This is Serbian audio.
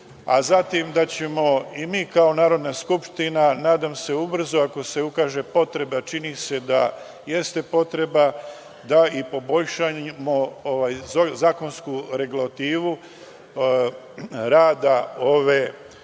a zatim da ćemo i mi kao Narodna skupština, nadam se ubrzo, ako se ukaže potrebe, a čini se da jeste potreba, da poboljšamo zakonsku regulativu rada ovog tela.U